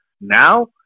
Now